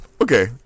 Okay